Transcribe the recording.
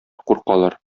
куркалар